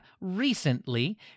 Recently